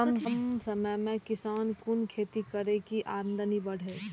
कम समय में किसान कुन खैती करै की आमदनी बढ़े?